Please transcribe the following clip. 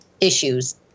issues